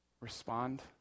respond